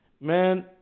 man